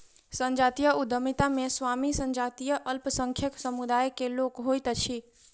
संजातीय उद्यमिता मे स्वामी संजातीय अल्पसंख्यक समुदाय के लोक होइत अछि